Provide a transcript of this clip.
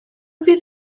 fydd